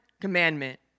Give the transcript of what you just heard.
commandment